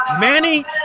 Manny